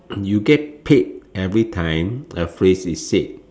you get paid everytime a phrase is said